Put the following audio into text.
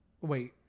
Wait